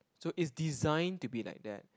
so it's designed to be like that